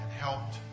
helped